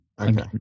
Okay